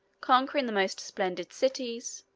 conquering the most splendid cities,